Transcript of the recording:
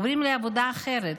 עוברים לעבודה אחרת.